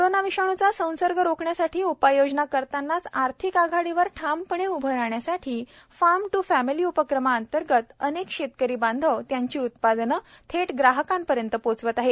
corona विषाणूचा संसर्ग रोखण्यासाठी उपाययोजना करतानाच आर्थिक आघाडीवर ठामपणे उभे राहण्यासाठी फार्म टू फॅमिली उपक्रमाअंतर्गत अनेक शेतकरी बांधव त्यांची उत्पादने थेट ग्राहकापर्यंत पोहोचवित आहेत